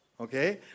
okay